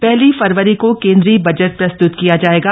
पहली फरवरी को केन्द्रीय बजट प्रस्तृत किया जाएगा